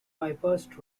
bypassed